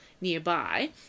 nearby